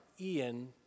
Ian